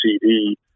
CD